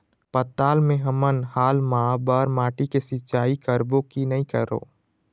पताल मे हमन हाल मा बर माटी से सिचाई करबो की नई करों?